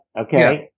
okay